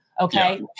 okay